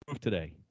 today